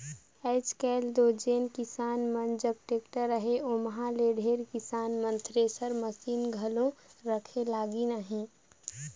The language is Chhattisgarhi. आएज काएल दो जेन किसान मन जग टेक्टर अहे ओमहा ले ढेरे किसान मन थेरेसर मसीन घलो रखे लगिन अहे